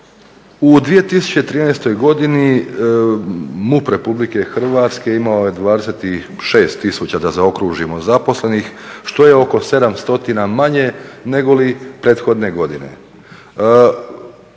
U 2013. godini MUP RH imao je 26 tisuća da zaokružimo zaposlenih, što je oko 700 manje negoli prethodne godine.